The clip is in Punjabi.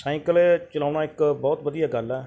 ਸਾਈਕਲ ਚਲਾਉਣਾ ਇੱਕ ਬਹੁਤ ਵਧੀਆ ਗੱਲ ਹੈ